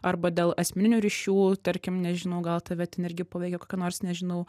arba dėl asmeninių ryšių tarkim nežinau gal tave ten irgi paveikė kokia nors nežinau